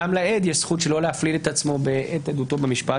גם לעד יש זכות שלא להפליל את עצמו בעת עדותו במשפט.